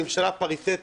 פריטטית,